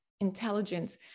intelligence